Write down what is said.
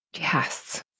Yes